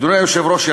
אדוני היושב-ראש,